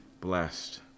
blessed